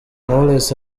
knowless